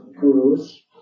gurus